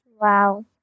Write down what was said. Wow